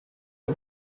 the